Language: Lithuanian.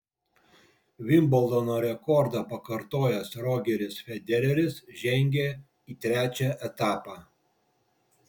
vimbldono rekordą pakartojęs rogeris federeris žengė į trečią etapą